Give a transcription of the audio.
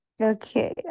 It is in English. Okay